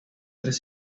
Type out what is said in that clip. tres